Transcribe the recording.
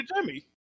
jimmy